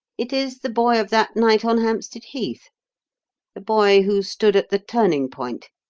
it is the boy of that night on hampstead heath the boy who stood at the turning point.